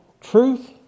Truth